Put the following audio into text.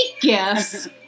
gifts